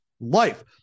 life